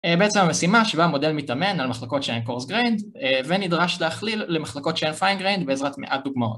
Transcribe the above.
בעצם המשימה שבה מודל מתאמן על מחלקות שאין קורס גרייד ונדרש להכליל למחלקות שאין פיין גריינד בעזרת מעט דוגמאות